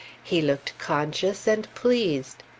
he looked conscious and pleased!